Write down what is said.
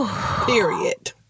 Period